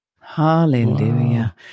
Hallelujah